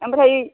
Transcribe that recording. ओमफ्राय